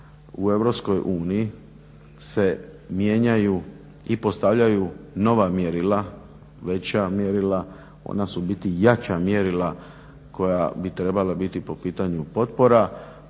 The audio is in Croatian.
uniji se mijenjaju i postavljaju nova mjerila, veća mjerila, ona su u biti jača mjerila koja bi trebala biti po pitanju potpora,